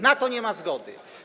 Na to nie ma zgody.